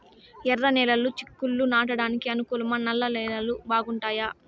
ఎర్రనేలలు చిక్కుళ్లు నాటడానికి అనుకూలమా నల్ల నేలలు బాగుంటాయా